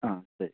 ആ ശരി